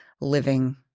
living